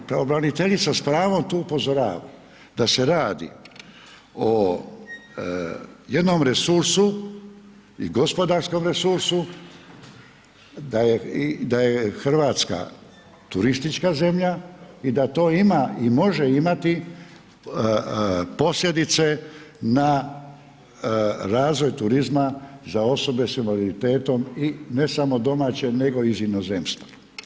I pravobraniteljica s pravom tu upozorava da se radi o jednom resursu i gospodarskom resursu, da je Hrvatska turistička zemlja i da to ima i može imati posljedice ne razvoj turizma za osobe s invaliditetom i ne samo domaće nego iz inozemstva.